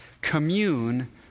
Commune